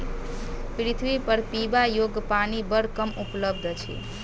पृथ्वीपर पीबा योग्य पानि बड़ कम उपलब्ध अछि